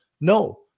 No